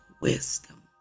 wisdom